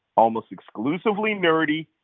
almost exclusively nerdy.